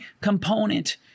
component